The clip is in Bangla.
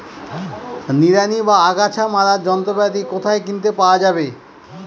নিড়ানি বা আগাছা মারার যন্ত্রপাতি কোথায় কিনতে পাওয়া যাবে?